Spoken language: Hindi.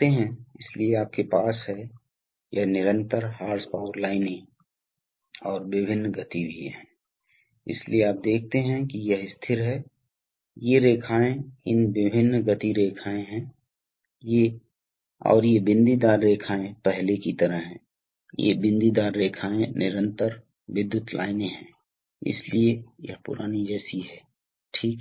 कि यह समाप्त हो जाएगा यह भी समाप्त हो जाएगा और यह वेंट है इसलिए यह इस तरीके से आगे बढ़ेगा दूसरी तरफ यदि यह वाल्व इस स्थिति में स्थानांतरित हो जाता है तो क्या होता है कि सिलेंडर के दोनों किनारों उदाहरण के लिए तो यह साइड सिलेंडर स्वतंत्र है उदाहरण के लिए यदि वाल्व दिखाया गया स्थिति में है तो यह सील है ठीक है